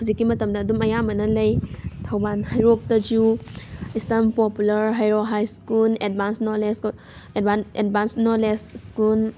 ꯍꯧꯖꯤꯛꯀꯤ ꯃꯇꯝꯗ ꯑꯗꯨꯝ ꯑꯌꯥꯝꯕꯅ ꯂꯩ ꯊꯧꯕꯥꯜ ꯍꯩꯔꯣꯛꯇꯁꯨ eastern popular Heirok high school advance knowledge school advance knowledge school